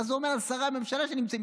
מה זה אומר על שרי הממשלה שנמצאים,